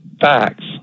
facts